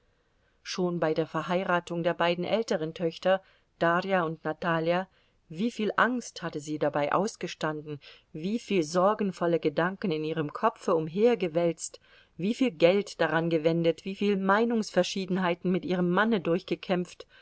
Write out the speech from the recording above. schon bei der verheiratung der beiden älteren töchter darja und natalja wieviel angst hatte sie dabei ausgestanden wieviel sorgenvolle gedanken in ihrem kopfe umhergewälzt wieviel geld darangewendet wieviel meinungsverschiedenheiten mit ihrem manne durchgekämpft